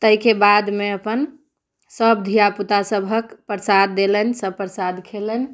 तेहिके बादमे अपन सभ धियापुता सभहक प्रसाद देलनि सभ प्रसाद खयलनि